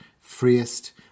freest